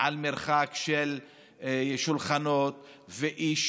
על מרחק בין שולחנות ואיש